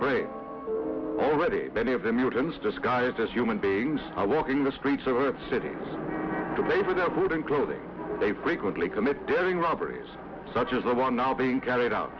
spray already many of the mutants disguised as human beings i walk in the streets over the city to pay for the food and clothing they frequently commit during robberies such as the one now being carried out